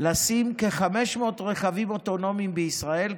לשים כ-500 רכבים אוטונומיים בישראל,